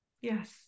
Yes